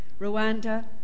Rwanda